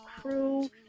crew